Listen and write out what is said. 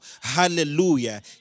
Hallelujah